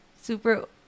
super